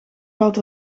valt